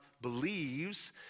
believes